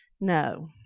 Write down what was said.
no